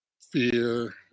fear